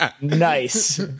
nice